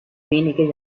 wenige